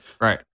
right